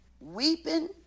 Weeping